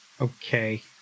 Okay